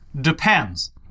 Depends